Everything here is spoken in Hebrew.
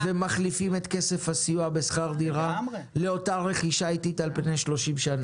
ומחליפים את כסף הסיוע בשכר דירה לאותה רכישה אטית על פני 30 שנים.